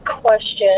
question